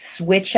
Switch